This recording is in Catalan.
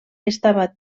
estava